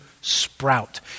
sprout